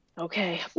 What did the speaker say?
okay